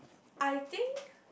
I think